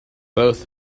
both